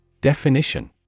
Definition